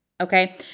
Okay